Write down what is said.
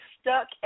stuck